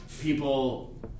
people